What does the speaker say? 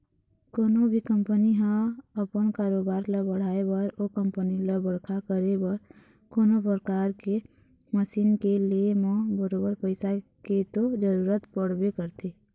कोनो भी कंपनी ल अपन कारोबार ल बढ़ाय बर ओ कंपनी ल बड़का करे बर कोनो परकार के मसीन के ले म बरोबर पइसा के तो जरुरत पड़बे करथे